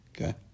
okay